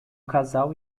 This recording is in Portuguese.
casal